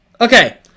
Okay